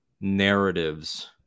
narratives